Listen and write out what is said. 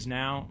now